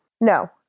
no